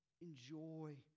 Enjoy